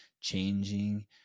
changing